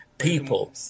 people